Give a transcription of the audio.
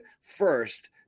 first